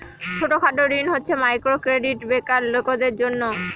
ছোট খাটো ঋণ হচ্ছে মাইক্রো ক্রেডিট বেকার লোকদের দেয়